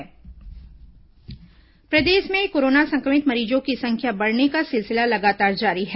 corona मरीज प्रदेश में कोरोना संक्रमित मरीजों की संख्या बढ़ने का सिलसिला लगातार जारी है